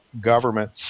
government